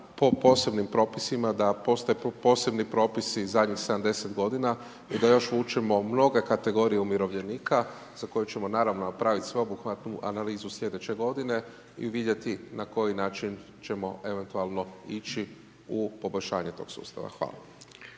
po posebnim propisima, da postoje tu posebni propisi zadnjih 70 g. i da još učimo mnoge kategorije umirovljenika za koje ćemo naravno napraviti sveobuhvatnu analizu slj. g. i vidjeti na koji način ćemo eventualno ići u poboljšanje tog sustava. Hvala.